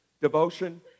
devotion